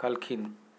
कलखिंन्ह